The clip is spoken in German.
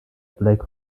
blake